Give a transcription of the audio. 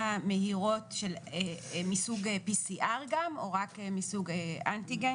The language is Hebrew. מהירות מסוגPCR גם או רק מסוג אנטיגן,